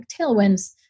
tailwinds